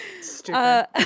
Stupid